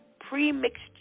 pre-mixed